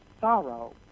sorrow